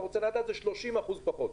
30% פחות.